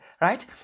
right